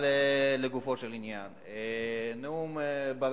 לגופו של עניין, נאום בר-אילן,